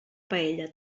paella